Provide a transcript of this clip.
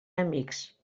amics